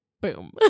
Boom